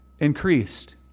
increased